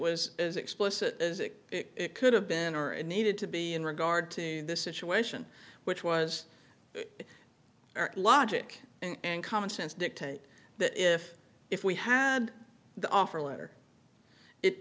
was as explicit as it could have been or it needed to be in regard to this situation which was our logic and common sense dictate that if if we had the offer letter it